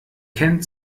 kennt